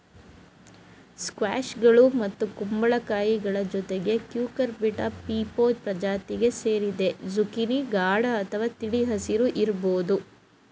ಸ್ಕ್ವಾಷ್ಗಳು ಮತ್ತು ಕುಂಬಳಕಾಯಿಗಳ ಜೊತೆಗೆ ಕ್ಯೂಕರ್ಬಿಟಾ ಪೀಪೊ ಪ್ರಜಾತಿಗೆ ಸೇರಿದೆ ಜುಕೀನಿ ಗಾಢ ಅಥವಾ ತಿಳಿ ಹಸಿರು ಇರ್ಬೋದು